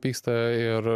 pyksta ir